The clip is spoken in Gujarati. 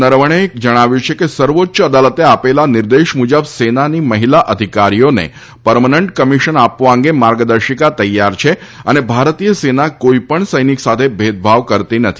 નરવણેએ જણાવ્યુ છે કે સર્વોચ્ય અદાલતે આપેલા નિર્દેશ મુજબ સેનાની મહિલા અધિકારીઓને પર્મનન્ટ કમિશન આપવા અંગે માર્ગદર્શિકા તૈયાર છે અને ભારતીય સેના કોઇપણ સૈનિક સાથે ભેદભાવ કરતી નથી